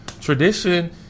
Tradition